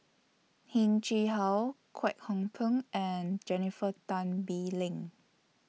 Heng Chee How Kwek Hong Png and Jennifer Tan Bee Leng